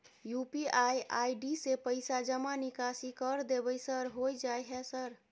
UPI ID से पैसा जमा निकासी कर देबै सर होय जाय है सर?